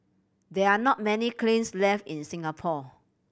there are not many kilns left in Singapore